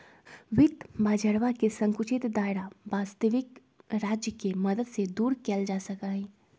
वित्त बाजरवा के संकुचित दायरा वस्तबिक राज्य के मदद से दूर कइल जा सका हई